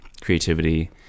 creativity